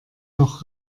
noch